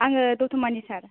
आङो द'तमा नि सार